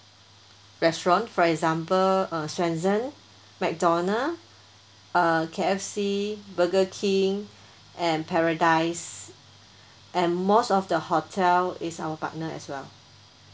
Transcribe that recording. restaurant for example uh Swensons MacDonald uh K_F_C burger king and paradise and most of the hotel is our partner as well